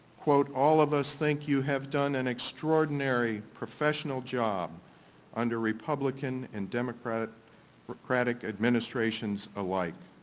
all of us think you have done and extraordinary professional job under republican and democratic democratic administrations alike.